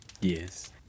Yes